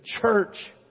church